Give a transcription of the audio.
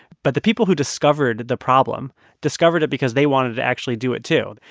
but the people who discovered the problem discovered it because they wanted to actually do it, too.